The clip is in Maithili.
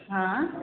हँ